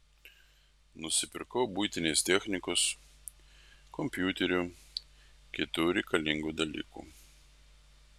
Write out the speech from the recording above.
nusipirkau buitinės technikos kompiuterį kitų reikalingų dalykų